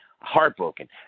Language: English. heartbroken